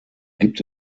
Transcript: gibt